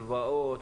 הלוואות,